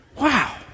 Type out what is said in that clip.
Wow